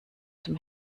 dem